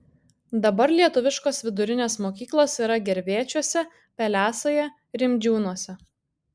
dabar lietuviškos vidurinės mokyklos yra gervėčiuose pelesoje rimdžiūnuose